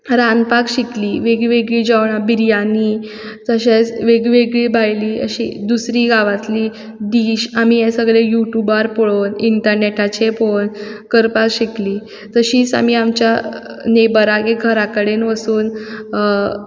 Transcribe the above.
रांदपाक शिकलीं वेगळीं वेगळीं जेवणा बिर्याणी तशेंच वेगळीं वेगळीं भायलीं अशीं दुसरीं गांवांतलीं डीश आमी आसा जाल्यार युट्युबार पळोवन इंटरनेटाचेर पळोवपन करपा शिकलीं तशींच आमी आमच्या नॅबरागे घरा कडेन वचून